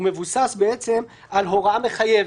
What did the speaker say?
הוא מבוסס על הוראה מחייבת,